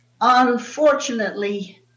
Unfortunately